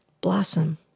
blossom